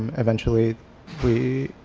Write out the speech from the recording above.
eventually we,